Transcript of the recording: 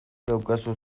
daukazu